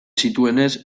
zituenez